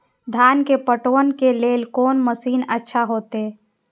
धान के पटवन के लेल कोन मशीन अच्छा होते?